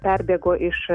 perbėgo iš